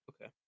Okay